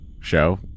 show